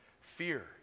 fear